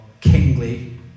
kingly